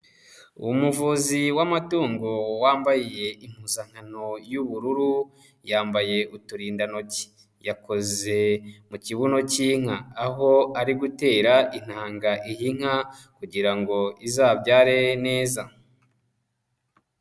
Umuvuzi w'amatungo wambaye impuzankano y'ubururu yambaye uturindantoki, yakoze mu kibuno cy'inka aho ari gutera intanga iyi nka kugira ngo izabyare neza.